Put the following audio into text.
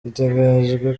biteganyijwe